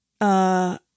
uh-